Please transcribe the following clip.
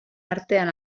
artean